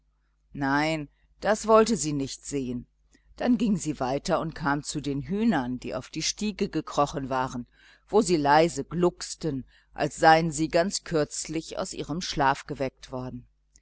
nein das wollte sie nicht sehen dann ging sie weiter und kam zu den hühnern die auf die stiege gekrochen waren wo sie leise glucksten als seien sie ganz kürzlich aus ihrem schlaf geweckt worden